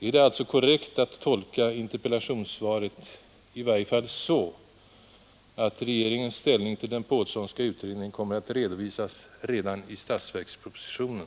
Är det alltså korrekt att tolka interpellationssvaret i varje fall så, att regeringens ställning till den Pålssonska utredningen kommer att redovisas redan i statsverkspropositionen?